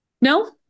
No